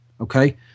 okay